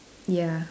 ya